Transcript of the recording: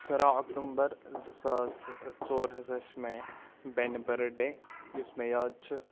شُراہ اوٚکٹُمبر زٕ ساس ژور ہسا چھِ مےٚ بیٚنہِ بٔرٕ ڈے یُس مےٚ یاد چھِ